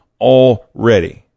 already